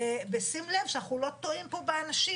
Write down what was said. בשים לב שאנחנו לא טועים פה באנשים.